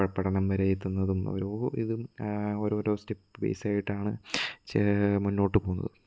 പ പഠനം വരെ എത്തുന്നതും ഓരോ ഇതും ഓരോരോ സ്റ്റെപ്പ് ബേസ് ആയിട്ടാണ് ച് മുന്നോട്ടുപോകുന്നത്